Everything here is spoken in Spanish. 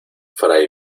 fray